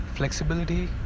Flexibility